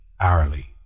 hourly